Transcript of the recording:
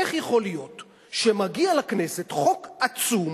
איך יכול להיות שמגיע לכנסת חוק עצום,